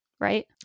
right